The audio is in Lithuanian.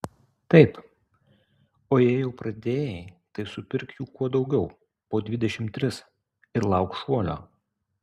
taip o jei jau pradėjai tai supirk jų kuo daugiau po dvidešimt tris ir lauk šuolio